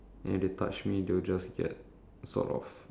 aids roll in a certain organisation mmhmm